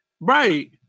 Right